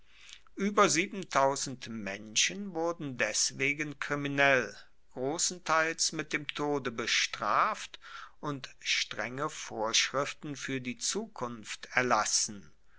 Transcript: ueber menschen wurden deswegen kriminell grossenteils mit dem tode bestraft und strenge vorschriften fuer die zukunft erlassen